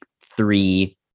three